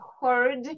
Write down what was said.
heard